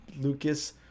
lucas